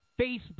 Facebook